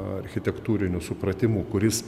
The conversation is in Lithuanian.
architektūriniu supratimu kuris